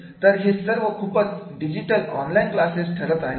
तर हे सर्व खूपच डिजिटल ऑनलाईन क्लासेस ठरत आहेत